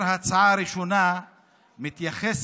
ההצעה הראשונה מתייחסת